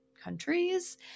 countries